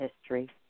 history